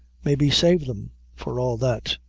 maybe save them for all that.